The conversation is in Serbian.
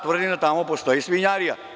Tvrdim da tamo postoji svinjarija.